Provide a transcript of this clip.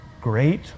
great